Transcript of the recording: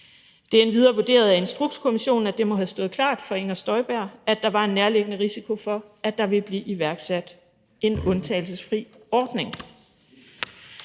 Det er endvidere vurderet af Instrukskommissionen, at det må have stået klart for Inger Støjberg, at der var en nærliggende risiko for, at der ville blive iværksat en undtagelsesfri ordning.